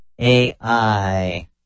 AI